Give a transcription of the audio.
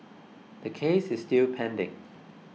the case is still pending